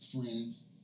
friends